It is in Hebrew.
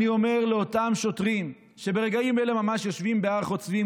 אני אומר לאותם שוטרים שברגעים אלה ממש יושבים בהר חוצבים,